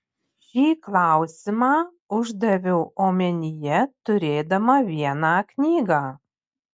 šį klausimą uždaviau omenyje turėdama vieną knygą